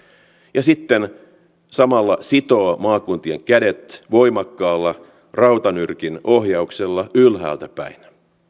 ja sitten samalla sitoo maakuntien kädet voimakkaalla rautanyrkin ohjauksella ylhäältä päin